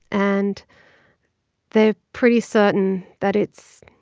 and they're pretty certain that it's